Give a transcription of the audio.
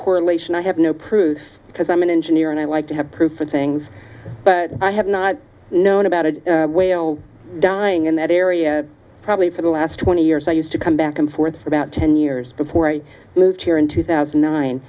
correlation i have no proof because i'm an engineer and i like to have proof of things but i have not known about a whale dying in that area probably for the last twenty years i used to come back and forth for about ten years before i moved here in two thousand